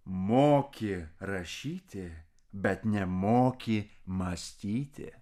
moki rašyti bet nemoki mąstyti